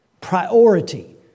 Priority